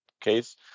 case